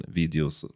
videos